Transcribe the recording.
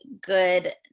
good